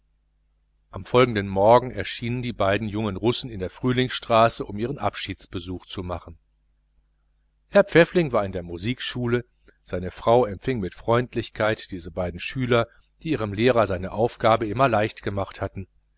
am folgenden morgen erschienen die beiden jungen russen in der frühlingsstraße um ihren abschiedsbesuch zu machen herr pfäffling war in der musikschule seine frau empfing mit freundlichkeit diese beiden schüler die ihrem lehrer seine aufgabe immer leicht gemacht hatten